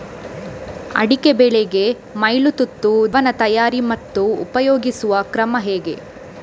ಅಡಿಕೆ ಬೆಳೆಗೆ ಮೈಲುತುತ್ತು ದ್ರಾವಣ ತಯಾರಿ ಮತ್ತು ಉಪಯೋಗಿಸುವ ಕ್ರಮ ಹೇಗೆ?